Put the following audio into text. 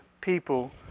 people